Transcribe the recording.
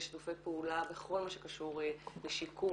לשיתופי פעולה בכל מה שקשור לשיקום,